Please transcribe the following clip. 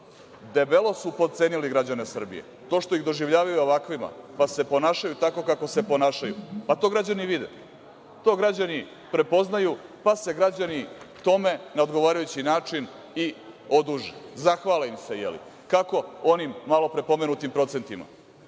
debelo su potcenili građane Srbije. to što ih doživljavaju ovakvima, pa se ponašaju tako kako se ponašaju, pa to građani vide. To građani prepoznaju, pa se građani tome na odgovarajući način i oduže, zahvale im se onim malopre pomenutim procentima